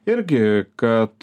irgi kad